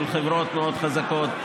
מול חברות מאוד חזקות,